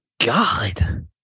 god